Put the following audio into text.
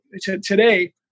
today